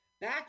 back